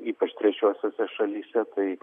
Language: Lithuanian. ypač trečiosiose šalyse tai